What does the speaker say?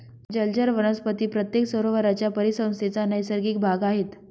जलचर वनस्पती प्रत्येक सरोवराच्या परिसंस्थेचा नैसर्गिक भाग आहेत